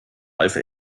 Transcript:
live